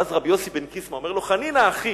ואז רבי יוסי בן קיסמא אומר לו: חנינא אחי,